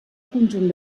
conjunt